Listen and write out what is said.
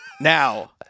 Now